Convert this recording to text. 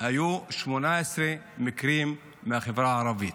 18 מקרים היו מהחברה הערבית.